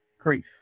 grief